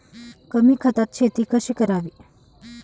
कमी खतात शेती कशी करावी?